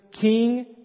king